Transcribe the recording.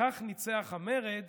--- כך ניצח המרד